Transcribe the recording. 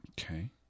Okay